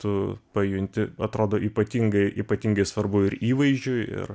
tu pajunti atrodo ypatingai ypatingai svarbu ir įvaizdžiui ir